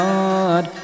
God